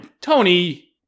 Tony